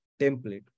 template